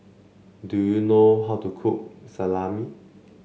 do you know how to cook Salami